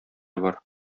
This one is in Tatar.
бар